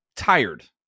tired